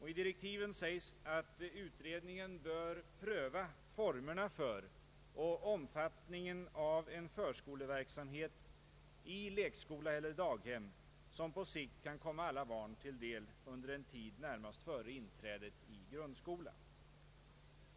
I direktiven till denna sägs att utredningen bör pröva formerna för och omfattningen av en förskoleverksamhet i lekskola eller daghem som på sikt kan komma alla barn till del under en tid närmast före inträdet i grundskolan.